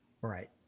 Right